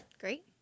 Great